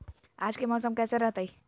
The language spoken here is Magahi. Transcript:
आज के मौसम कैसन रहताई?